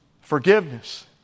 forgiveness